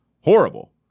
horrible